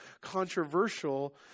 controversial